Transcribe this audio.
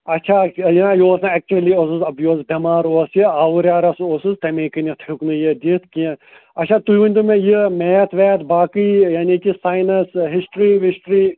اچھا یا یہِ اوس نہ اٮ۪کچُلی اوس یہِ اوس بٮ۪مار اوس یہِ آورِیٛارَس اوسُس تَمے کِنٮ۪تھ ہیوٚک نہٕ یہِ دِتھ کینٛہہ اچھا تُہۍ ؤنۍتو مےٚ یہِ میتھ ویتھ باقٕے یعنے کہِ ساینَس ہِسٹِرٛی وِسٹِرٛی